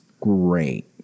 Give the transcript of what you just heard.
great